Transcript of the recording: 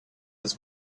his